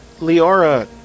Liara